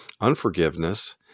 unforgiveness